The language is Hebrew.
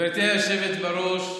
גברתי היושבת-ראש,